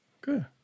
Good